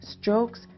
strokes